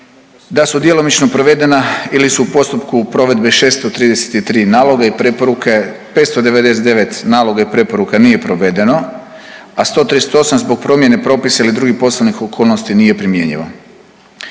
da su djelomično provedena ili su u postupku provedbe 633 naloga i preporuke, 599 naloga i preporuka nije provedeno, a 138 zbog promjene propisa ili drugih poslovnih okolnosti nije primjenjivo.